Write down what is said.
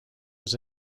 was